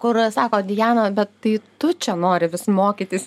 kur sako diana bet tai tu čia nori vis mokytis